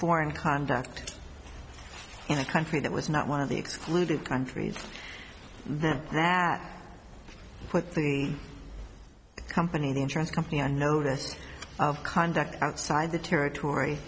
foreign conduct in a country that was not one of the excluded countries then that put the company the insurance company on notice of conduct outside the territory